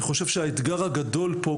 אני חושב שהאתגר הגדול פה,